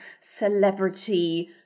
celebrity